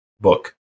book